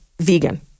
vegan